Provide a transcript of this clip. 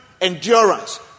endurance